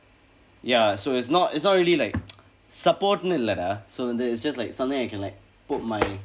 ya so it's not it's not really like support-nu இல்ல:illa dah so வந்து:vandthu it's just like something I can like put my